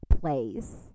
place